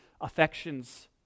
affections